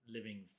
living